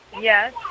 Yes